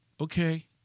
okay